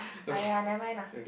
uh ya never mind ah